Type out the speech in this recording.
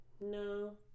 no